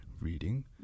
reading